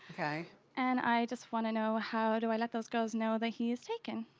and i just wanna know how do i let those girls know that he is taken?